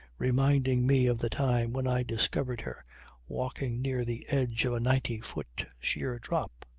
reminding me of the time when i discovered her walking near the edge of a ninety-foot sheer drop.